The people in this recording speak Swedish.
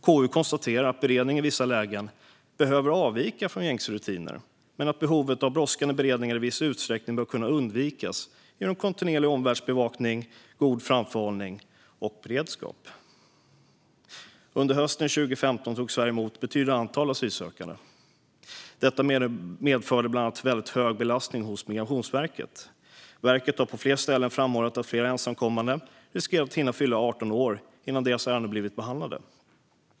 KU konstaterar att beredning i vissa lägen behöver avvika från gängse rutiner men att behovet av brådskande beredningar i viss utsträckning bör kunna undvikas genom kontinuerlig omvärldsbevakning, god framförhållning och beredskap. Under hösten 2015 tog Sverige emot ett betydande antal asylsökande. Detta medförde bland annat hög belastning på Migrationsverket. Verket framhöll vid flera tillfällen att flera ensamkommande unga riskerade att hinna fylla 18 år innan deras ärenden blivit behandlade.